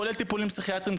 כולל טיפולים פסיכיאטריים,